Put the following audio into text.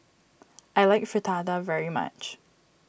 I like Fritada very much